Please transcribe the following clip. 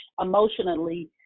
emotionally